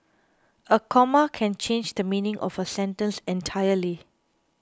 a comma can change the meaning of a sentence entirely